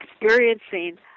experiencing